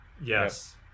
Yes